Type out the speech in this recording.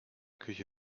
küche